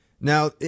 Now